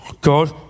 God